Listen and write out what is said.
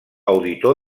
auditor